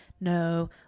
no